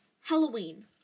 Halloween